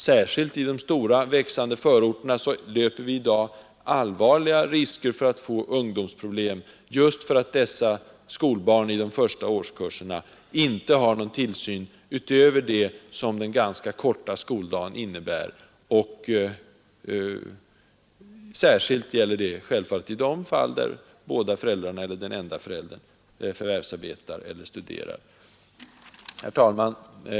Särskilt i de stora växande förorterna löper vi i dag allvarliga risker för att få ungdomsproblem just genom att dessa skolbarn i de lägsta årsklasserna inte har någon tillsyn utöver den som den ganska korta skoldagen innebär. Självfallet gäller detta särskilt de fall där föräldrarna förvärvsarbetar eller studerar. Herr talman!